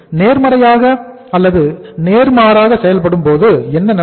நேர்மாறாக செயல்படும்போது என்ன நடக்கும்